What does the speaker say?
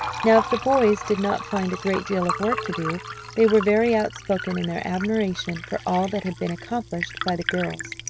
now if the boys did not find a great deal of work to do they were very outspoken in their admiration for all that had been accomplished by the girls.